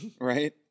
Right